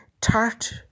tart